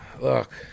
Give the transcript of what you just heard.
Look